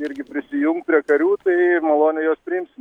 irgi prisijungt prie karių tai maloniai juos priimsim